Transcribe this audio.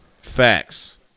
Facts